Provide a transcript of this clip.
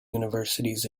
universities